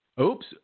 Oops